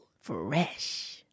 Fresh